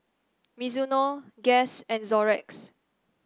Mizuno Guess and Xorex